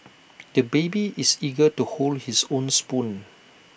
the baby is eager to hold his own spoon